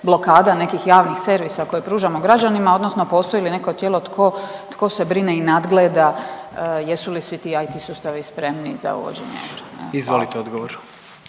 nekih javnih servisa koje pružamo građanima odnosno postoji li neko tijelo tko se brine i nadgleda jesu li svi ti IT sustavi spremni za uvođenje eura? Hvala.